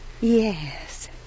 Yes